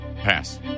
Pass